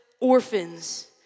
orphans